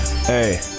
Hey